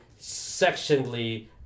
sectionally